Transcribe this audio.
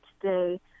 today